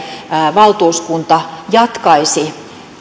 valtuuskunta jatkaisi